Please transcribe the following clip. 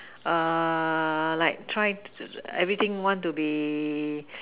err like try everything want to be